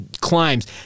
climbs